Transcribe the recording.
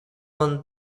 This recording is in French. vingt